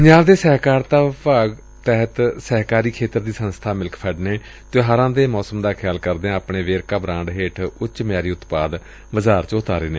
ਪੰਜਾਬ ਦੇ ਸਹਿਕਾਰਤਾ ਵਿਭਾਗ ਤਹਿਤ ਸਹਿਕਾਰੀ ਖੇਤਰ ਦੀ ਸੰਸਥਾ ਮਿਲਕਫੈਡ ਨੇ ਤਿਉਹਾਰਾਂ ਦੇ ਮੌਸਮ ਦਾ ਖਿਆਲ ਕਰਦਿਆਂ ਆਪਣੇ ਵੇਰਕਾ ਬਰਾਂਡ ਹੇਠ ਉਚ ਮਿਆਰੀ ਉਤਪਾਦ ਬਾਜ਼ਾਰ ਚ ਉਤਾਰੇ ਨੇ